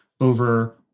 over